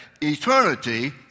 eternity